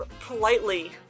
politely